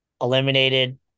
Eliminated